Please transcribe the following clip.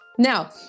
Now